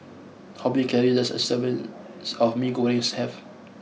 how many calories does a serving of Mee Goreng have